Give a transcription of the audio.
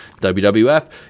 WWF